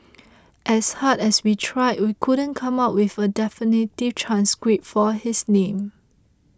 as hard as we tried we couldn't come up with a definitive transcript for his name